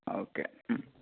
okay